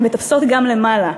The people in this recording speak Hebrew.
הן מטפסות גם למעלה.